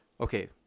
Okay